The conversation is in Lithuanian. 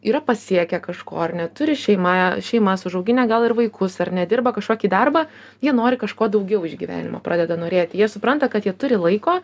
yra pasiekę kažko ar ne turi šeimą šeimas užauginę gal ir vaikus ar ne dirba kažkokį darbą jie nori kažko daugiau iš gyvenimo pradeda norėti jie supranta kad jie turi laiko